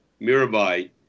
Mirabai